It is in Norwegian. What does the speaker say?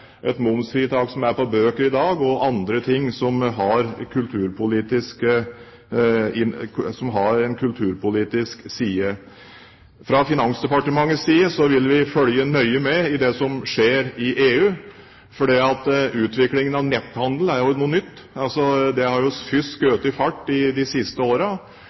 et momsfritak, som er på bøker i dag, og andre ting som har en kulturpolitisk side. Fra Finansdepartementets side vil vi følge nøye med i det som skjer i EU, for utviklingen av netthandel er jo noe nytt, den har først skutt fart i de siste